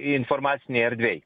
informacinėj erdvėj